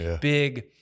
big